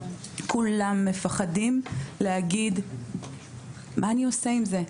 כולם מפחדים להגיד, מה אני עושה עם זה?